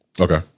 Okay